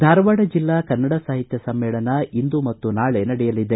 ಧಾರವಾಡ ಜಿಲ್ಲಾ ಕನ್ನಡ ಸಾಹಿತ್ಯ ಸಮ್ಮೇಳನ ಇಂದು ಮತ್ತು ನಾಳೆ ನಡೆಯಲಿದೆ